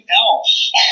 else